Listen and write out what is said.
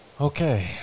Okay